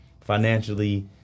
financially